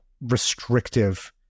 restrictive